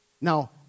now